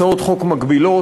הצעות חוק מקבילות,